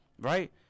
right